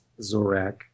Zorak